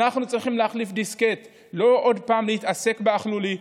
ואנחנו צריכים להחליף דיסקט: לא עוד פעם להתעסק באכלו לי,